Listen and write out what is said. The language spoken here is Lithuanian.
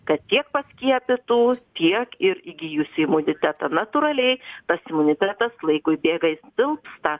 kad tiek paskiepytus tiek ir įgijus imunitetą natūraliai tas imunitetas laikui bėga silpsta